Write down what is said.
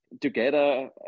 together